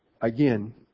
Again